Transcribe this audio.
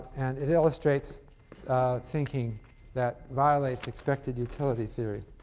and it illustrates thinking that violates expected utility theory.